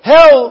Hell